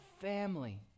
family